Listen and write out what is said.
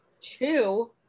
two